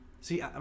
See